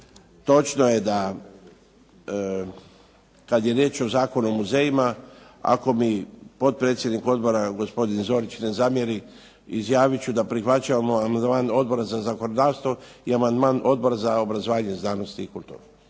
Točno je da kad je riječ o Zakonu o muzejima, ako mi potpredsjednik odbora, gospodin Zorić ne zamjeri, izjavit ću da prihvaćamo amandman Odbora za zakonodavstvo i amandman Odbora za obrazovanje, znanosti i kulturu.